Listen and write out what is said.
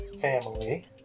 family